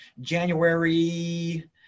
January